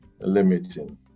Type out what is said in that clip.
limiting